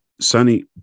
Sunny